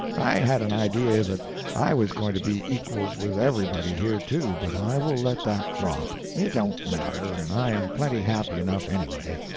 i had an idea that i was going to be equals with everybody here, too, but i will let that drop. it don't matter, and i am plenty happy enough anyway.